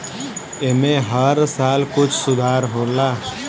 ऐमे हर साल कुछ सुधार होला